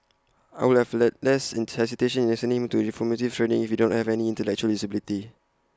I would have had less hesitation in sending him to reformative training if he don't have any intellectual disability